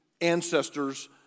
Ancestors